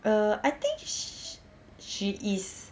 err I think she is